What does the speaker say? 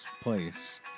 place